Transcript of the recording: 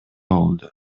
болду